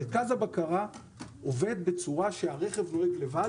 מרכז הבקרה עובד כך שהרכב נוהג לבד,